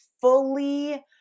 fully